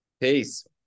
Peace